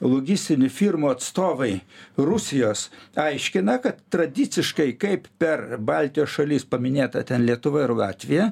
logistinių firmų atstovai rusijos aiškina kad tradiciškai kaip per baltijos šalis paminėta ten lietuva ir latvija